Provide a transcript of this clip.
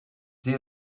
zij